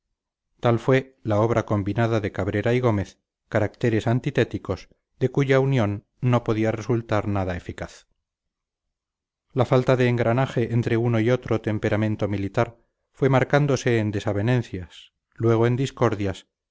tal fue la obra combinada de cabrera y gómez caracteres antitéticos de cuya unión no podía resultar nada eficaz la falta de engranaje entre uno y otro temperamento militar fue marcándose en desavenencias luego en discordias